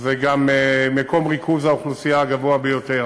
זה גם מקום ריכוז האוכלוסייה הגדול ביותר.